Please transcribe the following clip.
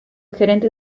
gerente